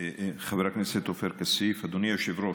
חבר הכנסת עופר כסיף, אדוני היושב-ראש,